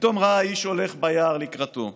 פתאום ראה איש הולך ביער לקראתו.